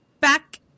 back